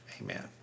amen